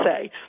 say